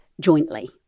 jointly